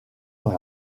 dans